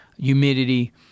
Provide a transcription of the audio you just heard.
humidity